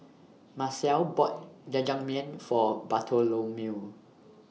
Marcelle bought Jajangmyeon For Bartholomew